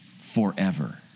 forever